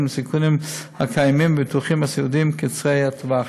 ולסיכונים הקיימים בביטוחים הסיעודיים קצרי הטווח.